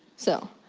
so,